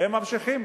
הם ממשיכים.